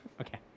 Okay